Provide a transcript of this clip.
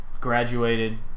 Graduated